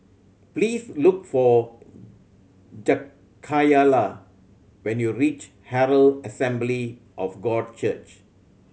please look for Jakayla when you reach Herald Assembly of God Church